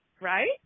Right